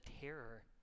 terror